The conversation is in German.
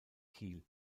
kiel